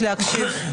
הזה,